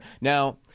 Now